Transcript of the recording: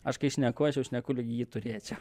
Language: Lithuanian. aš kai šneku aš jau šneku lyg jį turėčiau